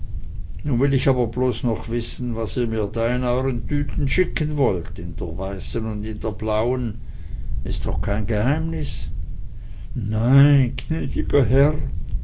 nun will ich aber bloß noch wissen was ihr mir da in euern tüten schicken wollt in der weißen und in der blauen is doch kein geheimnis nei jnäd'ger herr